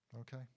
Okay